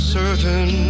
certain